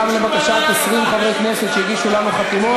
אלא החל מ-600 שקלים שאתם תרוויחו,